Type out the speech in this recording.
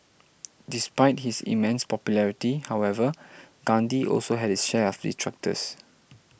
despite his immense popularity however Gandhi also had his share of detractors